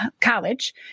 college